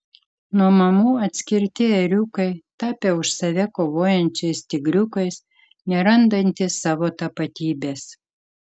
nuo mamų atskirti ėriukai tapę už save kovojančiais tigriukais nerandantys savo tapatybės